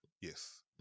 yes